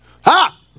Ha